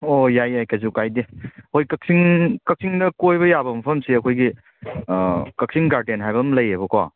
ꯍꯣꯏ ꯍꯣꯏ ꯌꯥꯏ ꯌꯥꯏ ꯀꯩꯁꯨ ꯀꯥꯏꯗꯦ ꯍꯣꯏ ꯀꯥꯛꯆꯤꯡ ꯀꯥꯛꯆꯤꯡꯗ ꯀꯣꯏꯕ ꯌꯥꯕ ꯃꯐꯝꯁꯦ ꯑꯩꯈꯣꯏꯒꯤ ꯀꯥꯛꯆꯤꯡ ꯒꯥꯔꯗꯦꯟ ꯍꯥꯏꯕ ꯑꯃ ꯂꯩꯌꯦꯕꯀꯣ